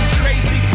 crazy